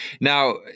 Now